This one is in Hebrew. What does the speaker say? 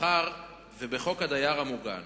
מאחר שבחוק הדייר המוגן